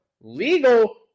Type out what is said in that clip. legal